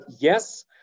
yes